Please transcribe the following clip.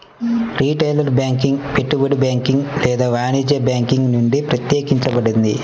retail banking పెట్టుబడి banking లేదా వాణిజ్య బ్యాంకింగ్ నుండి ప్రత్యేకించబడింది